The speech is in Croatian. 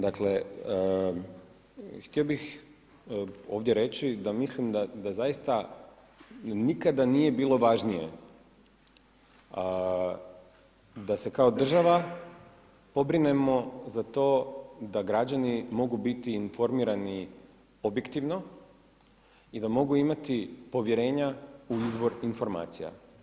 Dakle htio bih ovdje reći da mislim da zaista nikada nije bilo važnije da se kao država pobrinemo za to da građani mogu biti informirani objektivno i da mogu imati povjerenja u izbor informacija.